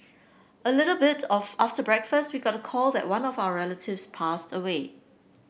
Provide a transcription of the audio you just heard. a little bit of after breakfast we got the call that one of our relatives passed away